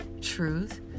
truth